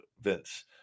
Vince